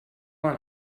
man